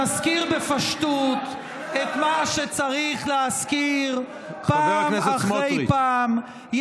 נזכיר בפשטות את מה שצריך להזכיר פעם אחר פעם.